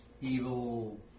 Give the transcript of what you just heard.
Evil